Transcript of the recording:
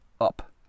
up